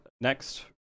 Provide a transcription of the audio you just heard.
next